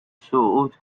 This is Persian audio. صعود